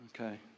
Okay